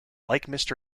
like